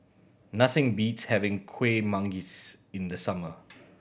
nothing beats having Kuih Manggis in the summer